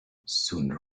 sooner